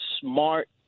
smart